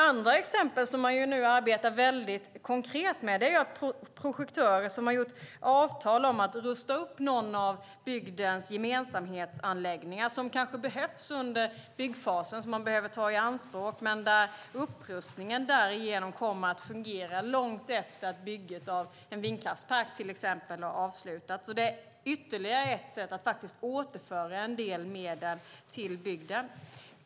Andra exempel som man nu arbetar mycket konkret med handlar om projektörer som har träffat avtal om att rusta upp någon av bygdens gemensamhetsanläggningar som kanske behövs under byggfasen, men där upprustningen kommer att fungera långt efter att bygget av till exempel en vindkraftspark har avslutats. Det är ytterligare ett sätt att återföra en del medel till bygden.